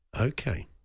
Okay